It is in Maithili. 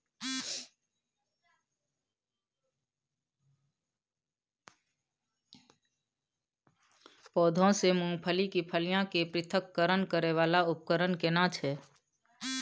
पौधों से मूंगफली की फलियां के पृथक्करण करय वाला उपकरण केना छै?